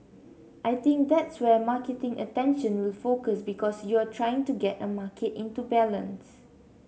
I think that's where marketing attention will focus because you're trying to get a market into balance